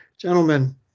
gentlemen